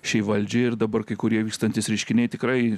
šiai valdžiai ir dabar kai kurie vykstantys reiškiniai tikrai